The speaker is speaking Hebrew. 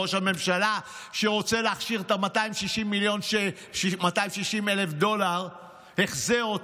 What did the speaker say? או ראש הממשלה שרוצה להכשיר את ה-260,000 דולר החזר,